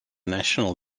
national